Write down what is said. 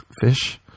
fish